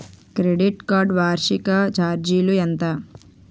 Credit card వార్షిక ఛార్జీలు ఎంత?